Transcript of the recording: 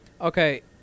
Okay